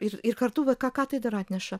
ir ir kartu va ką ką tai dar atneša